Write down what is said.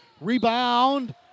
Rebound